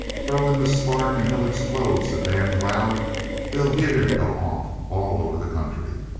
throw in the spark and he'll explode so damned loud they'll hear him go off all over the country.